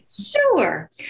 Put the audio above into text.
Sure